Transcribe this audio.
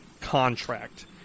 contract